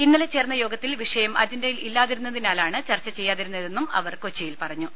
ഇന്നലെ ചേർന്ന യോഗത്തിൽ വിഷയം അജണ്ടയിൽ ഇല്ലാ തിരുന്നതിനാലാണ് ചർച്ച ചെയ്യാതിരുന്നതെന്നും അവർ കൊച്ചിയിൽ പറ ഞ്ഞു